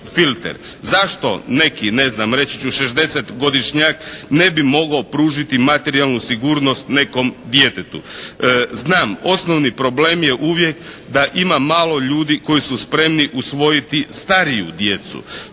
Zašto neki, ne znam reći ću 60-godišnjak ne bi mogao pružiti materijalnu sigurnost nekom djetetu? Znam osnovni problem je uvijek da ima malo ljudi koji su spremni usvojiti stariju djecu.